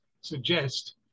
suggest